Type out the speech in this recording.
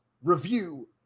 review